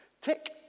Tick